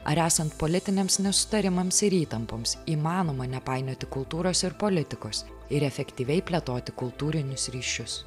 ar esant politiniams nesutarimams ir įtampoms įmanoma nepainioti kultūros ir politikos ir efektyviai plėtoti kultūrinius ryšius